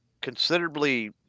considerably